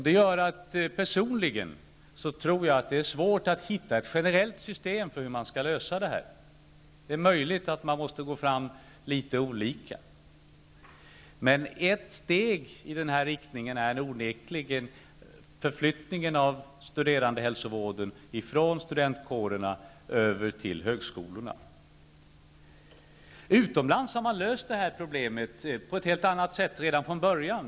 Det gör att jag personligen tror att det är svårt att hitta ett generellt system för hur man skall lösa detta. Det är möjligt att man måste gå fram litet olika. Men ett steg i denna riktning är onekligen förflyttningen av studerandehälsovården från studentkårerna över till högskolorna. Utomlands har man löst detta problem på ett helt annat sätt redan från början.